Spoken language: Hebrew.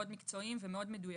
מאוד מקצועיים ומאוד מדויקים.